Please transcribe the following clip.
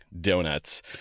Donuts